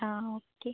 ആ ഓക്കെ